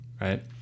right